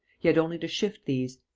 he had only to shift these.